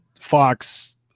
fox